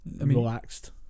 relaxed